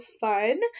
fun